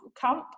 camp